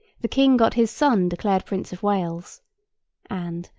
the king got his son declared prince of wales and,